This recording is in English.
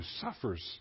suffers